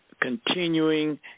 continuing